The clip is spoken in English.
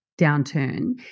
downturn